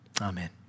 Amen